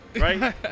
right